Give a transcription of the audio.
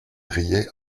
riait